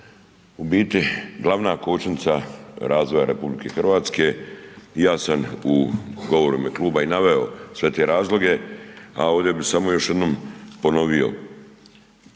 u biti glavna kočnica razvoja RH i ja sam u govoru i ime kluba i naveo sve te razloge, a ovdje bih samo još jednom ponovio.